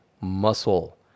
muscle